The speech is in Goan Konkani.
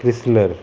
क्रिस्नर